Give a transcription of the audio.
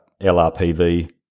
LRPV